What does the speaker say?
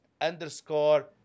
underscore